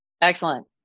Excellent